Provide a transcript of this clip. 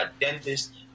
dentist